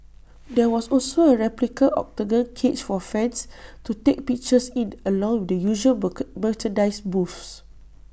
there was also A replica Octagon cage for fans to take pictures in along with the usual merchandise booths